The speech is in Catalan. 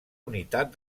unitat